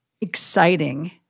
exciting